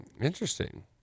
interesting